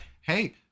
hey